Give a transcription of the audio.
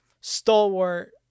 stalwart